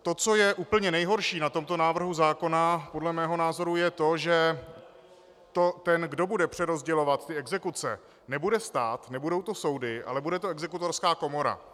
To, co je úplně nejhorší na tomto návrhu zákona, je podle mého názoru to, že ten, kdo bude přerozdělovat exekuce, nebude stát, nebudou to soudy, ale bude to Exekutorská komora.